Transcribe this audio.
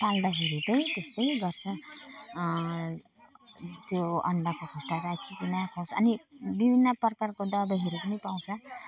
पाल्दाखेरि त त्यस्तै गर्छ त्यो अण्डाको खोस्टा राखीकन होस् अनि विभिन्न प्रकारको दबाईहरू पनि पाउँछ